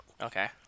Okay